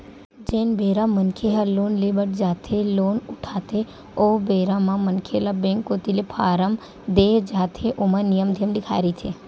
जेन बेरा मनखे ह लोन ले बर जाथे लोन उठाथे ओ बेरा म मनखे ल बेंक कोती ले फारम देय जाथे ओमा नियम धियम लिखाए रहिथे